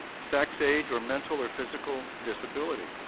sex, age or mental or physical disability.